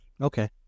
okay